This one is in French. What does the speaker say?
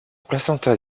placenta